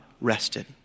rested